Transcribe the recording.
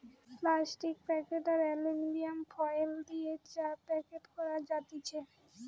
plastic packet আর aluminium foil দিয়ে চা প্যাক করা যাতেছে